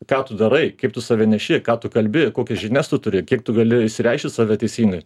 ką tu darai kaip tu save neši ką tu kalbi kokias žinias tu turi kiek tu gali išsireikšti save teisingai